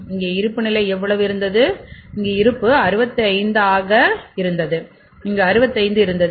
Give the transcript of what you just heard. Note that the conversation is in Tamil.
இங்கே இருப்பு எவ்வளவு இருந்தது இங்கு இருப்பு 65 ஆக இருந்தது இங்கு 65 இருந்தது